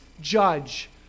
judge